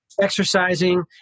exercising